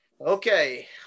Okay